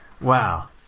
Wow